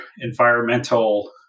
environmental